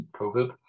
COVID